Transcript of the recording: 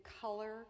color